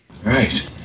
Right